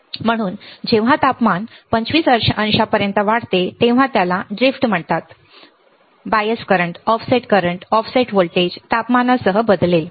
म्हणून जेव्हा तापमान 35 अंशांपर्यंत वाढते तेव्हा याला ड्रीफ्ट बहाव म्हणतात bias current offset current offset voltage तापमानासह ठीक आहे